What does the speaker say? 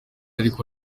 ariko